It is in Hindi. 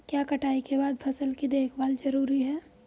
क्या कटाई के बाद फसल की देखभाल जरूरी है?